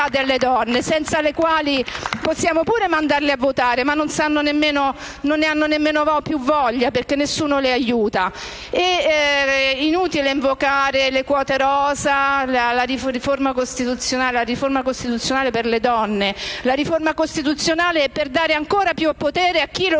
delle donne. Possiamo anche farle votare, ma non ne hanno neanche più voglia, perché nessuno le aiuta. Inutile invocare le quote rose e la riforma costituzionale per le donne. La riforma costituzionale è per dare ancora più potere a chi lo